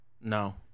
No